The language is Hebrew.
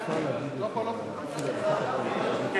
ההצעה להעביר את הצעת חוק המכר (דירות)